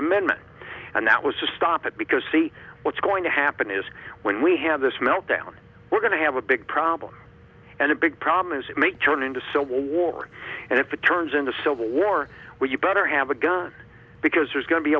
amendment and that was to stop it because see what's going to happen is when we have this meltdown we're going to have a big problem and a big problem is it may turn into civil war and if it turns into civil war you better have a gun because there's going to be